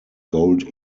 gold